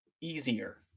easier